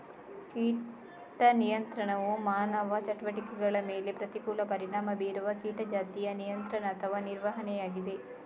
ಕೀಟ ನಿಯಂತ್ರಣವು ಮಾನವ ಚಟುವಟಿಕೆಗಳ ಮೇಲೆ ಪ್ರತಿಕೂಲ ಪರಿಣಾಮ ಬೀರುವ ಕೀಟ ಜಾತಿಯ ನಿಯಂತ್ರಣ ಅಥವಾ ನಿರ್ವಹಣೆಯಾಗಿದೆ